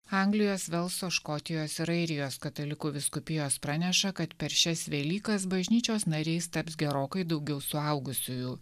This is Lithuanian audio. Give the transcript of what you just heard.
anglijos velso škotijos ir airijos katalikų vyskupijos praneša kad per šias velykas bažnyčios nariais taps gerokai daugiau suaugusiųjų